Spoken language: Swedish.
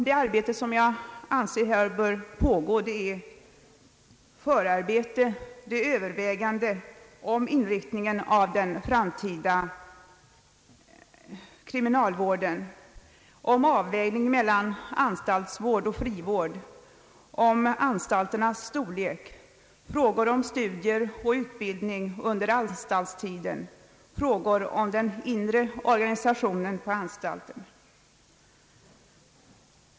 Det arbete som jag anser bör göras är förarbete, det gäller överväganden om inriktningen av den framtida kriminalvården, om avvägningen mellan anstaltsvård och frivård, om anstalternas storlek, frågor om studier och utbildning under anstaltstiden, frågor om den inre organisationen på anstalten.